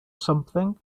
something